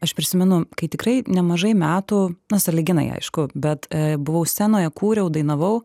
aš prisimenu kai tikrai nemažai metų na sąlyginai aišku bet buvau scenoje kūriau dainavau